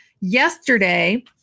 Yesterday